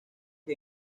que